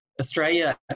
Australia